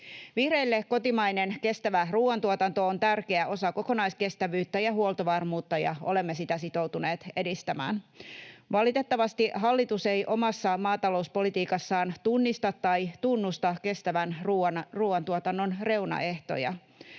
Vihreille kotimainen kestävä ruuantuotanto on tärkeä osa kokonaiskestävyyttä ja huoltovarmuutta, ja olemme sitä sitoutuneet edistämään. Valitettavasti hallitus ei omassa maatalouspolitiikassaan tunnista tai tunnusta kestävän ruuantuotannon reunaehtoja.